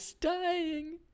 dying